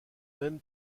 même